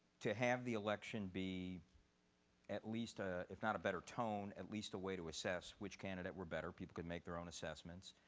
to have the election be at least, ah if not a better tone, at least a way to assess which candidate were better, people to make their own assessments,